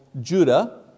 Judah